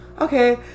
okay